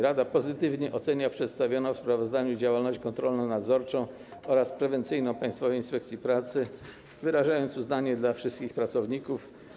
Rada pozytywnie ocenia przedstawioną w sprawozdaniu działalność kontrolno-nadzorczą oraz prewencyjną Państwowej Inspekcji Pracy, wyrażając uznanie dla wszystkich pracowników.